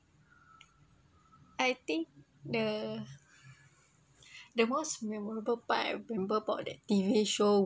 I think the the most memorable part I remember about that T_V show